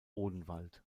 odenwald